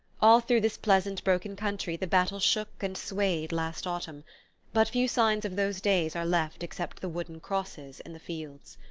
all through this pleasant broken country the battle shook and swayed last autumn but few signs of those days are left except the wooden crosses in the fields.